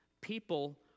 people